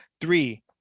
three